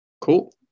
cool